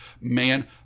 man